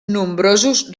nombrosos